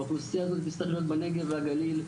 האוכלוסייה הזאת תצטרך להיות בנגב ובגליל,